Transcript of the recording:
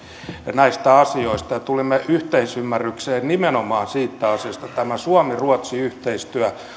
näistä asioista ja tulimme yhteisymmärrykseen nimenomaan siitä asiasta että tämä suomi ruotsi yhteistyö